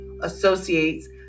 associates